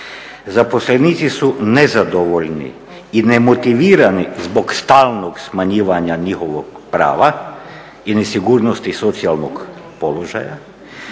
Zaposlenici su nezadovoljni i nemotivirani zbog stalnog smanjivanja njihovog prava i … socijalnog položaja,